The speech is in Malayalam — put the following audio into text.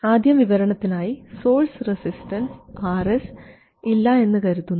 ആദ്യം വിവരണത്തിനായി സോഴ്സ് റസിസ്റ്റൻസ് RS ഇല്ല എന്നു കരുതുന്നു